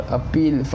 appeal